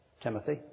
Timothy